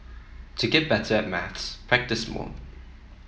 to get better at maths practise more